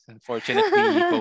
Unfortunately